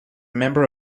member